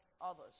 others